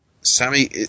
Sammy